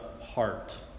heart